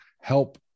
help